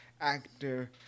actor